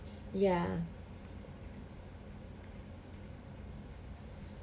ya